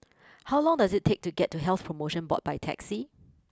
how long does it take to get to Health promotion Board by taxi